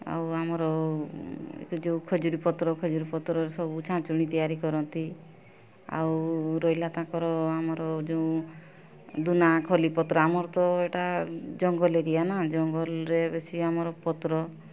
ଆଉ ଆମର ଏଇ ଯେଉଁ ଖଜୁରୀ ପତ୍ର ଖଜୁରୀ ପତ୍ରରେ ସବୁ ଛାଞ୍ଚୁଣି ତିଆରି କରନ୍ତି ଆଉ ରହିଲା ତାଙ୍କର ଆମର ଯେଉଁ ଦନା ଖଲି ପତ୍ର ଆମର ତ ଏଇଟା ଜଙ୍ଗଲ ଏରିଆ ନା ଜଙ୍ଗଲରେ ବେଶୀ ଆମର ପତ୍ର